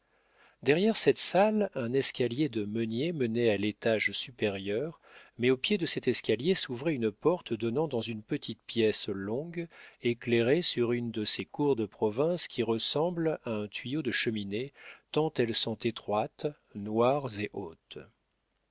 derrière cette salle un escalier de meunier menait à l'étage supérieur mais au pied de cet escalier s'ouvrait une porte donnant dans une petite pièce longue éclairée sur une de ces cours de province qui ressemblent à un tuyau de cheminée tant elles sont étroites noires et hautes